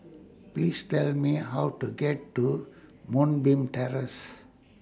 Please Tell Me How to get to Moonbeam Terrace